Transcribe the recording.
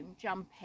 jumping